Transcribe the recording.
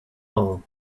all